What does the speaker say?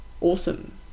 awesome